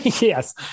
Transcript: Yes